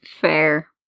fair